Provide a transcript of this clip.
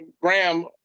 Graham